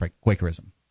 Quakerism